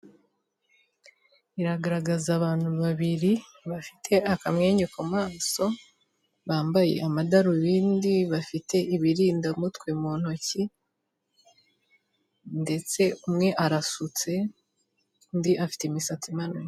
iyi foto iragaragaza abantu babiri bafite akamwenyu ku maso bambaye amadarubindi bafite ibirinda mutwe mu ntoki ndetse umwe arasutse undi afite imisatsi imanuye.